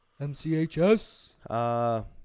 MCHS